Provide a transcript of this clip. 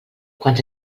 quants